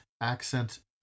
accent